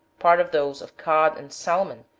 part of those of cod and salmon,